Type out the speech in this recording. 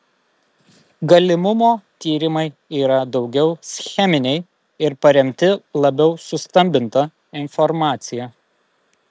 galimumo tyrimai yra daugiau scheminiai ir paremti labiau sustambinta informacija